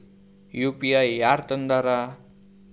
UPI ಯಾರ್ ತಂದಾರ?